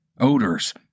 odors